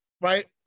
right